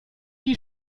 die